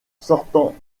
sortant